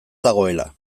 dagoela